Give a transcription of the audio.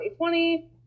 2020